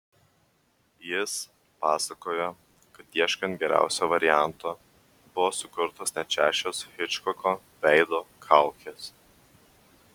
jis pasakojo kad ieškant geriausio varianto buvo sukurtos net šešios hičkoko veido kaukės